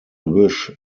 wish